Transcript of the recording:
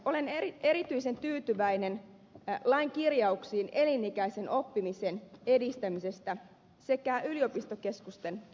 olen erityisen tyytyväinen esityksessä lain kirjauksiin elinikäisen oppimisen edistämisestä sekä yliopistokeskusten asemasta